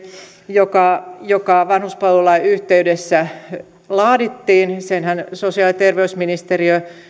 joka joka vanhuspalvelulain yhteydessä laadittiin senhän sosiaali ja terveysministeriö